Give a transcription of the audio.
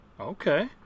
okay